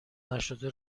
نشده